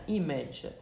image